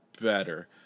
better